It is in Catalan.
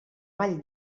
vall